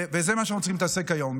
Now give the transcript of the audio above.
בזה אנחנו צריכים להתעסק היום.